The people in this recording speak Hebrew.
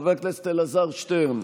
חבר הכנסת אלעזר שטרן,